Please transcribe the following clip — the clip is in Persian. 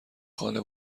خانه